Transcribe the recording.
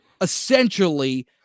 essentially